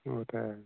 ओह् ते ऐ